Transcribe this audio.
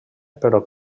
però